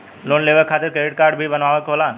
Loan लेवे खातिर credit काडे भी बनवावे के होला?